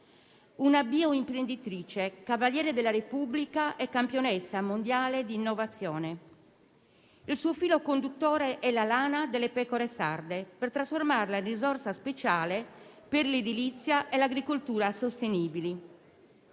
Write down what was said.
una bioimprenditrice, cavaliere della Repubblica e campionessa mondiale di innovazione. Il suo filo conduttore è la lana delle pecore sarde, trasformata in risorsa speciale per l'edilizia e l'agricoltura sostenibili.